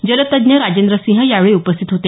जलतज्ञ राजेंद्र सिंह यावेळी उपस्थित होते